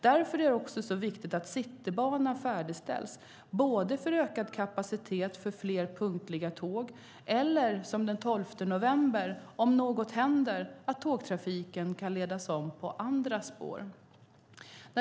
Därför är det så viktigt att Citybanan färdigställs, både för ökad kapacitet för fler punktliga tåg och för att, som den 12 november, om något händer tågtrafiken kan ledas om på andra spår.